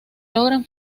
logran